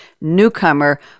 newcomer